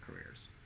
careers